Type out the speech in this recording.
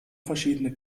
verschiedene